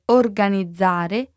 organizzare